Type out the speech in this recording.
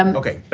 um okay.